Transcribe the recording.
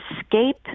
escape